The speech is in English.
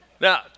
Now